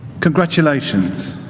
congratulations!